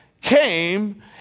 came